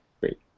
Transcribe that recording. Great